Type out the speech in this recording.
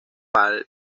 palm